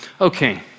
okay